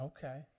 Okay